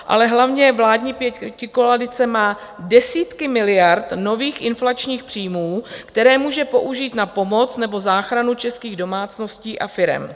Ale hlavně, vládní pětikoalice má desítky miliard nových inflačních příjmů, které může použít na pomoc nebo záchranu českých domácností a firem.